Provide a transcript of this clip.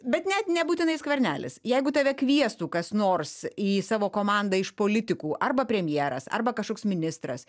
bet net nebūtinai skvernelis jeigu tave kviestų kas nors į savo komandą iš politikų arba premjeras arba kažkoks ministras